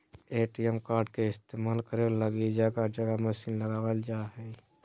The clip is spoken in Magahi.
ए.टी.एम कार्ड के इस्तेमाल करे लगी जगह जगह मशीन लगाबल जा हइ